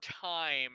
time